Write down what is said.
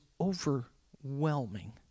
overwhelming